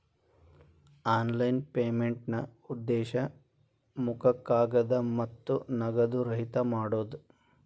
online ಪೇಮೆಂಟ್ನಾ ಉದ್ದೇಶ ಮುಖ ಕಾಗದ ಮತ್ತ ನಗದು ರಹಿತ ಮಾಡೋದ್